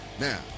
Now